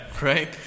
Right